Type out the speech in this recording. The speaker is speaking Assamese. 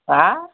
হা